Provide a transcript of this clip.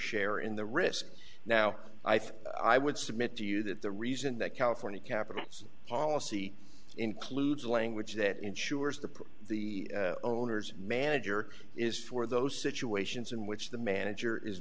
share in the risk now i think i would submit to you that the reason that california capital's policy includes language that ensures that the owner's manager is for those situations in which the manager is